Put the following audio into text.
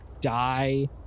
die